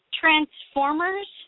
Transformers